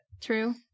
true